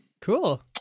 Cool